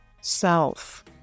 self